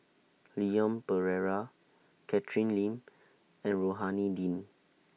Leon Perera Catherine Lim and Rohani Din